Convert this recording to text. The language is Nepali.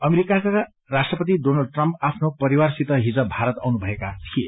अमेरिकाका राष्ट्रपति डोनाल्ड ट्रम्प आफ्नो परिवारसित हिज भारत आउनु भएका थिए